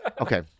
Okay